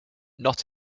not